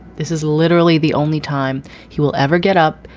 this is literally the only time he will ever get up,